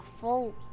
full